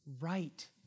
right